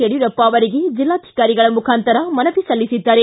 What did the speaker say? ಯಡಿಯೂರಪ್ಪ ಅವರಿಗೆ ಜಿಲ್ಲಾಧಿಕಾರಿಗಳ ಮುಖಾಂತರ ಮನವಿ ಸಲ್ಲಿಸಿದ್ದಾರೆ